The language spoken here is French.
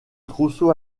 trousseau